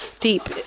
deep